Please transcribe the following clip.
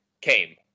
came